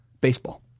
baseball